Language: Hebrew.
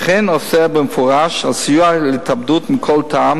וכן אוסר במפורש סיוע להתאבדות מכל טעם